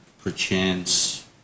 perchance